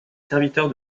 serviteurs